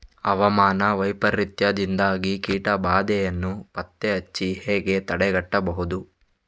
ಹವಾಮಾನ ವೈಪರೀತ್ಯದಿಂದಾಗಿ ಕೀಟ ಬಾಧೆಯನ್ನು ಪತ್ತೆ ಹಚ್ಚಿ ಹೇಗೆ ತಡೆಗಟ್ಟಬಹುದು?